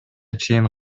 чейин